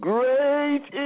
Great